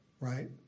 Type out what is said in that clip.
right